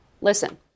Listen